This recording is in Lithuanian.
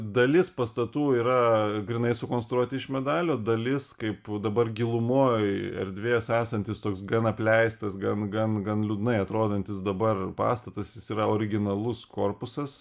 dalis pastatų yra grynai sukonstruoti iš medalio dalis kaip dabar gilumoj erdvės esantis toks gan apleistas gan gan gan liūdnai atrodantis dabar pastatas jis yra originalus korpusas